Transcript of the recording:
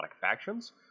factions